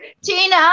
Tina